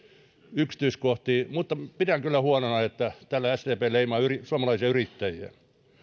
yksityiskohtiin mutta pidän kyllä huonona että täällä sdp leimaa suomalaisia yrittäjiä